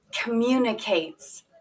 communicates